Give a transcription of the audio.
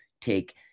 take